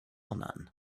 none